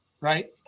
Right